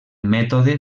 mètode